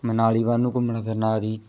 ਮਨਾਲੀ ਵੱਲ ਨੂੰ ਘੁੰਮਣਾ ਫਿਰਨਾ ਆਦਿ